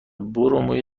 موی